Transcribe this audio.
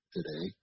Today